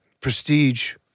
Prestige